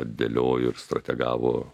dėliojo ir strategavo